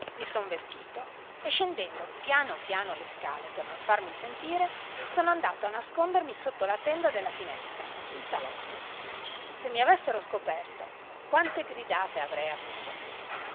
mi son vestito e scendendo pian piano le scale per non farmi sentire sono andato a nascondermi sotto la tenda della finestra in salotto se mi avessero scoperto quante gridate avrei avuto